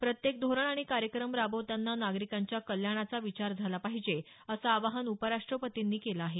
प्रत्येक धोरण आणि कार्यक्रम राबवताना नागरिकांच्या कल्याणाचा विचार झाला पाहिजे असं आवाहन उपराष्ट्रपतींनी केलं आहे